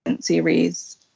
series